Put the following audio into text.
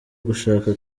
gushaka